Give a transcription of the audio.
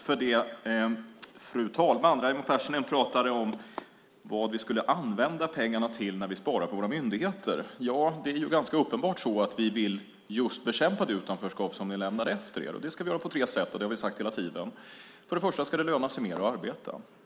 Fru talman! Raimo Pärssinen pratade om vad vi skulle använda pengarna till när vi sparar på våra myndigheter. Det är ganska uppenbart så att vi vill bekämpa det utanförskap som ni lämnade efter er. Det ska vi göra på tre sätt, och det har vi sagt hela tiden. För det första ska det löna sig mer att arbeta.